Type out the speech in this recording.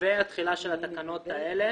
והתחילה של התקנות האלה